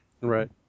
Right